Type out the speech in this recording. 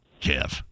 Kev